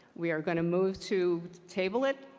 we are going to move to table it.